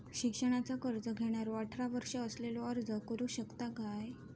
शिक्षणाचा कर्ज घेणारो अठरा वर्ष असलेलो अर्ज करू शकता काय?